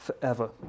forever